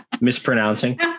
Mispronouncing